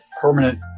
permanent